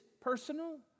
personal